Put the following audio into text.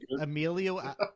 Emilio